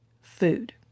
food